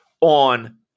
on